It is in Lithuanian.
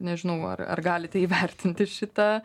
nežinau ar ar galite įvertinti šitą